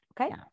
Okay